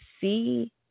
see